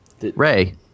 Ray